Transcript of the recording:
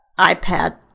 iPad